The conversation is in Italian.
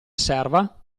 serva